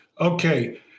Okay